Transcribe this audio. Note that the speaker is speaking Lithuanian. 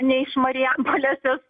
ne iš marijampolės es